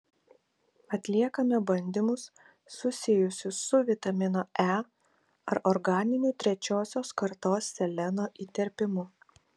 atliekame bandymus susijusius su vitamino e ar organiniu trečiosios kartos seleno įterpimu